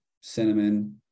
cinnamon